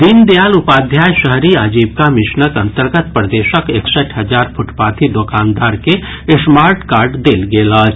दीनदयाल उपाध्याय शहरी आजीविका मिशनक अंतर्गत प्रदेशक एकसठि हजार फुटपाथी दोकानदार के स्मार्ट कार्ड देल गेल अछि